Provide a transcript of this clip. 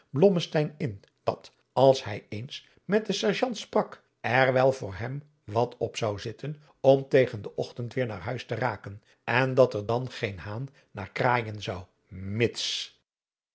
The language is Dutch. in dat als hij eens met den serjant sprak er wel voor hem wat op zou zitten om tegen den ochtend weêr naar huis te raken en dat er dan geen haan naar kraaijen zou mits